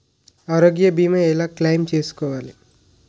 ఆరోగ్య భీమా ఎలా క్లైమ్ చేసుకోవాలి?